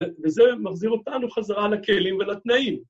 וזה מחזיר אותנו חזרה לכלים ולתנאים.